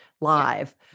live